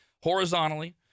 Horizontally